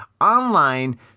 online